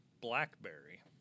Blackberry